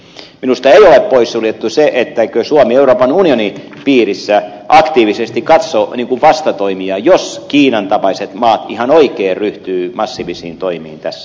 minusta ei ole pois suljettu se että suomi euroopan unionin piirissä aktiivisesti katsoisi vastatoimia jos kiinan tapaiset maat ihan oikeasti ryhtyvät massiivisiin toimiin tässä